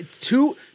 two